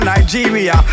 Nigeria